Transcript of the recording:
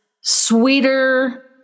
sweeter